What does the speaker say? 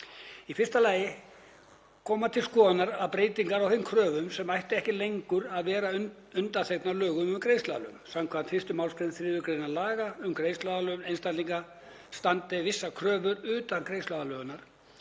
Í fyrsta lagi koma til skoðunar breytingar á þeim kröfum sem ættu ekki lengur að vera undanþegnar lögum um greiðsluaðlögun. Samkvæmt 1. mgr. 3. gr. laga um greiðsluaðlögun einstaklinga standa vissar kröfur utan greiðsluaðlögunar,